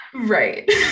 right